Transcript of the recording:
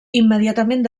immediatament